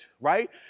right